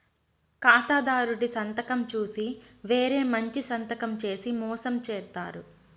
ఖాతాదారుడి సంతకం చూసి వేరే మంచి సంతకం చేసి మోసం చేత్తారు